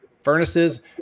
furnaces